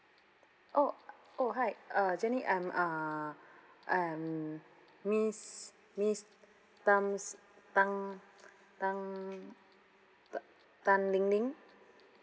oh oh hi uh jenny I'm uh I'm miss miss tang's tang tang ta~ tan lin lin